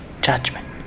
judgment